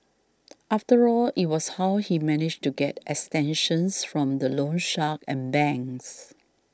after all it was how he managed to get extensions from the loan shark and banks